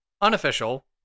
unofficial